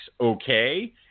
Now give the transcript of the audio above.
okay